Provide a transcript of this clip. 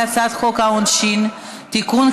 הצעת חוק העונשין (תיקון,